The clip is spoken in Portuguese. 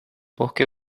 porque